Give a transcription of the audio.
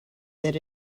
that